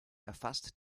erfasst